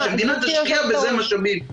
שהמדינה תשקיע בזה משאבים.